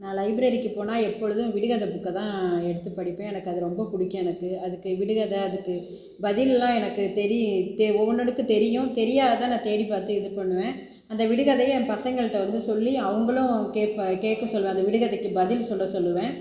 நான் லைப்ரரிக்கு போனால் எப்போழுதும் விடுகதை புக்கை தான் எடுத்து படிப்பேன் எனக்கு அது ரொம்ப பிடிக்கும் எனக்கு அதுக்கு விடுகதை அதுக்கு பதில்லாம் எனக்கு தெரியு ம் தெ ஒவ்வொன்றுத்துக்கு தெரியும் தெரியாததை நான் தேடி பார்த்து இது பண்ணுவேன் அந்த விடுகதையை என் பசங்கள்கிட்ட வந்து சொல்லி அவங்களும் கேட்க கேட்க சொல்வேன் அந்த விடுகதைக்கு பதில் சொல்ல சொல்லுவேன்